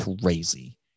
crazy